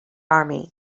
army